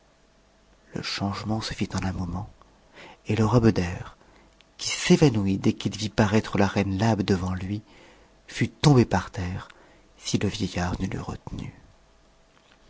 le changement se fit n ti un moment et le roi beder qui s'évanouit dès qu'il vit parattre la reine labe devant lui fut tombé par terre si le vieillard ne t'eût retenu